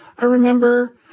i remember